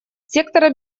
сектора